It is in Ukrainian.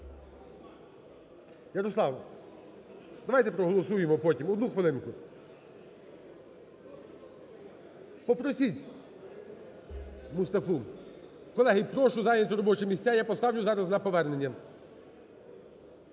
Ярославе, давайте проголосуємо, потім, одну хвилинку. Попросіть Мустафу. Колеги, прошу зайняти робочі місця, я поставлю зараз на повернення.